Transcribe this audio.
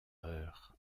heures